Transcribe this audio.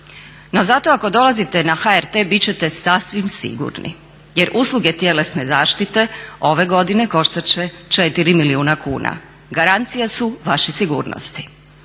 No zato ako dolazite na HRT bit ćete sasvim sigurni jer usluge tjelesne zaštite ove godine koštat će 4 milijuna kuna, garancija su vaše sigurnosti.